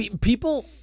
People